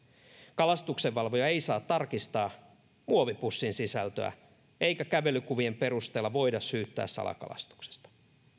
kalastuksenvalvoja ei saa tarkistaa muovipussin sisältöä eikä kävelykuvien perusteella voida syyttää salakalastuksesta